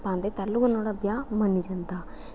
पांदे पैहलू गै नुहाड़ा ब्याह् मन्नी जंदा